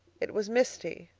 it was misty,